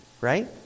right